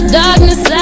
darkness